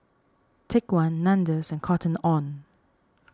Take one Nandos and Cotton on